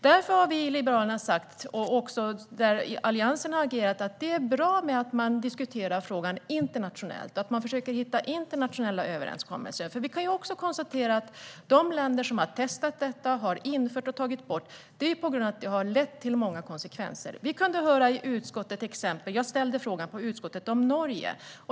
Därför har vi i Liberalerna sagt - och även Alliansen har agerat - att det är bra att man diskuterar frågan internationellt och försöker hitta internationella överenskommelser, eftersom vi kan konstatera att i de länder där man har både infört och tagit bort detta så är det på grund av det har lett till många konsekvenser. I utskottet ställde jag en fråga om Norge.